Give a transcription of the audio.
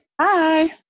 Hi